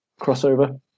crossover